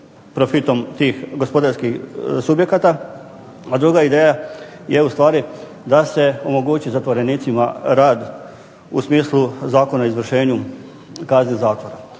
profitom tih gospodarskih subjekata, a druga ideja je ustvari da se omogući zatvorenicima rad u smislu Zakona o izvršenju kazne zatvora.